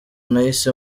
nahise